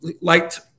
liked